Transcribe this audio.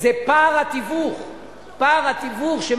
זה פער התיווך שמגיע,